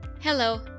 Hello